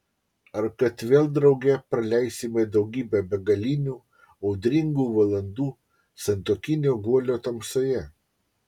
ar kad vėl drauge praleisime daugybę begalinių audringų valandų santuokinio guolio tamsoje